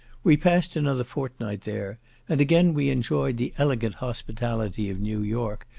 we passed another fortnight there and again we enjoyed the elegant hospitality of new york,